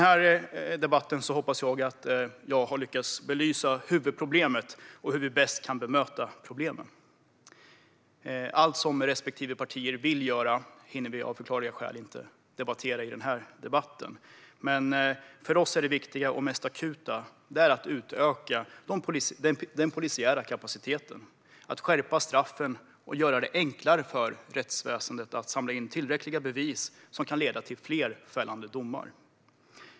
I debatten hoppas jag att jag har lyckats belysa huvudproblemet och hur vi bäst kan möta problemen. Allt som de respektive partierna vill göra hinner vi av förklarliga skäl inte ta upp i denna debatt. För oss är det viktiga och mest akuta att utöka den polisiära kapaciteten, skärpa straffen och göra det enklare för rättsväsendet att samla in tillräckliga bevis som kan leda till fler fällande domar.